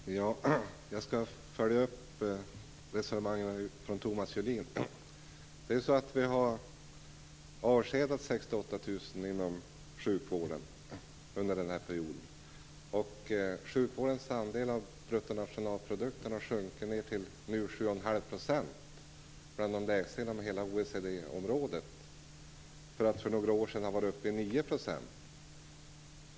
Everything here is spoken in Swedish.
Herr talman! Jag skall följa upp Thomas Julins resonemang. Vi har under den här perioden avskedat 68 000 anställda inom sjukvården. Sjukvårdens andel av bruttonationalprodukten har nu sjunkit ned till 7,5 % och är bland de lägsta inom hela OECD området, från att för några år sedan ha varit uppe i 9 %.